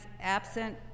absent